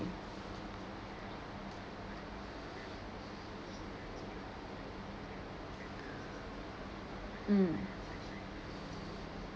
mm